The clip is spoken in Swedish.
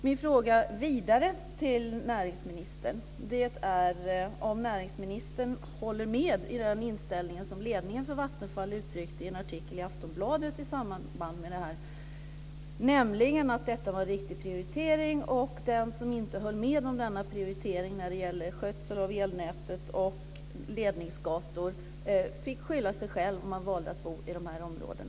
Min fråga vidare till näringsministern är om näringsministern håller med i den inställning som ledningen för Vattenfall uttryckte i en artikel i Aftonbladet i samband med detta, nämligen att detta var en riktig prioritering och den som inte höll med om denna prioritering när det gäller skötsel av elnätet och ledningsgator fick skylla sig själv för att man valt att bo i dessa områden.